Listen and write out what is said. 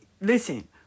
listen